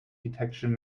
detection